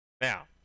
Now